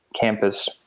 campus